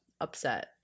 upset